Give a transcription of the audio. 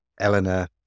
Eleanor